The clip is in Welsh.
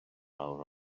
awr